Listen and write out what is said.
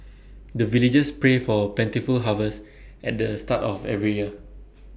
the villagers pray for plentiful harvest at the start of every year